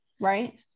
right